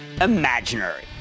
imaginary